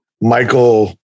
Michael